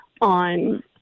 on